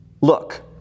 look